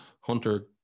hunter